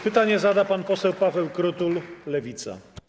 Pytanie zada pan poseł Paweł Krutul, Lewica.